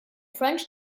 french